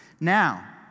Now